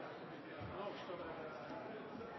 komiteen. Det